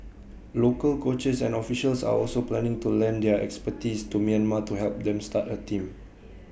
local coaches and officials are also planning to lend their expertise to Myanmar to help them start A team